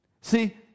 See